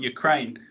Ukraine